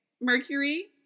Mercury